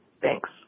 Thanks